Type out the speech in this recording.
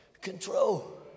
control